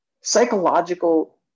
psychological